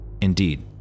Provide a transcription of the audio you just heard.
indeed